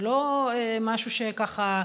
זה לא משהו שככה,